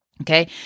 okay